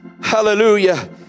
Hallelujah